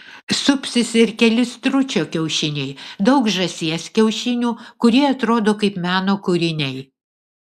supsis ir keli stručio kiaušiniai daug žąsies kiaušinių kurie atrodo kaip meno kūriniai